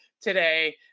today